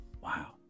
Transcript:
Wow